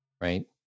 Right